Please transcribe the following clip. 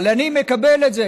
אבל אני מקבל את זה.